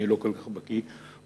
אני לא כל כך בקי בתקנון,